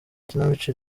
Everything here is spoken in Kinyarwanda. ikinamico